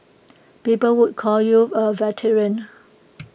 people would call you A veteran